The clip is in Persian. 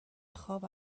خواب